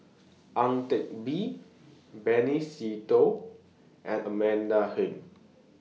Ang Teck Bee Benny Se Teo and Amanda Heng